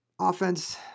Offense